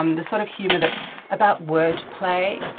um the sort of humour that's about word play,